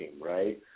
right